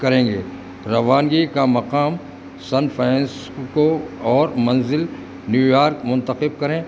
کریں گے روانگی کا مقام سن فرانسککو اور منزل نیویارک منتخب کریں